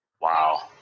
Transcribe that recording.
Wow